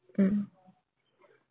mm